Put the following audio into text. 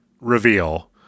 reveal